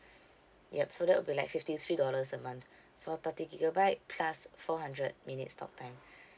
ya so that will be like fifty three dollars a month for thirty gigabyte plus four hundred minutes talk time